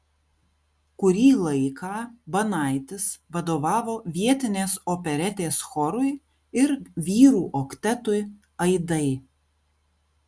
kurį laiką banaitis vadovavo vietinės operetės chorui ir vyrų oktetui aidai